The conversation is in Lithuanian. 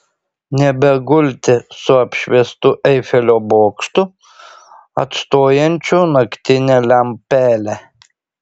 nebegulti su apšviestu eifelio bokštu atstojančiu naktinę lempelę